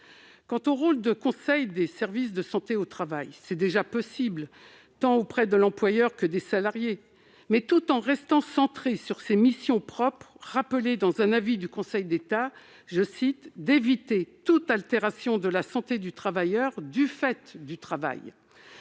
Le rôle de conseil des services de santé au travail était déjà possible, tant auprès de l'employeur que des salariés, tout en devant rester centré sur ses missions propres, rappelées dans un avis du Conseil d'État, à savoir « d'éviter toute altération de la santé du travailleur du fait du travail ».